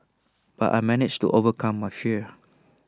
but I managed to overcome my fear